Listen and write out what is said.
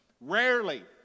Rarely